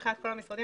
מבחינת כל המשרדים,